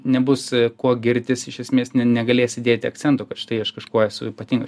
nebus kuo girtis iš esmės ne negalėsi dėti akcento kad štai aš kažkuo esu ypatingas